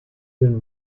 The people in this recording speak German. dem